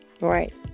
Right